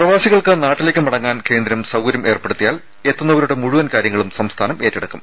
പ്രവാസികൾക്ക് നാട്ടിലേക്ക് മടങ്ങാൻ കേന്ദ്രം സൌകര്യം ഏർപ്പെടുത്തിയാൽ എത്തുന്നവരുടെ മുഴുവൻ കാര്യങ്ങളും സംസ്ഥാനം ഏറ്റെടുക്കും